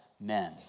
men